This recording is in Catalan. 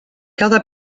cada